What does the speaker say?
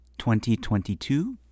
2022